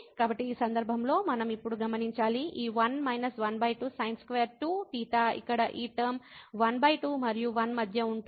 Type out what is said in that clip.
కాబట్టి ఈ సందర్భంలో మనం ఇప్పుడు గమనించాలి ఈ 1−12sin22 θ ఇక్కడ ఈ టర్మ 12 మరియు 1 మధ్య ఉంటుంది